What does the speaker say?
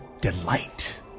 delight